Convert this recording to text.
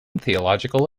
theological